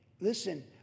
listen